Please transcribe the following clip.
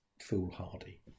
foolhardy